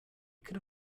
could